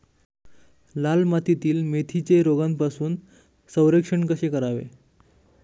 लाल मातीतील मेथीचे रोगापासून संरक्षण कसे करावे?